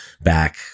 back